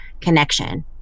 connection